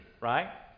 right